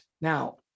Now